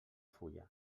fulla